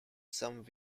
some